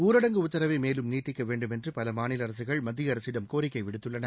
ஊரடங்கு உத்தரவை மேலும் நீட்டிக்க வேண்டும் என்று பல மாநில அரசுகள் மத்திய அரசிடம் கோரிக்கை விடுத்துள்ளன